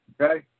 Okay